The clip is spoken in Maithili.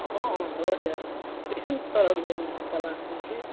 हँ हँ भऽ जायत केहन तरहक जमीनके तलाशमे छी